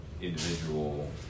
individual-